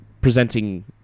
presenting